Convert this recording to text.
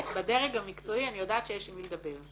בדרג המקצועי אני יודעת שיש עם מי לדבר.